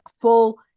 full